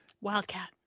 Wildcat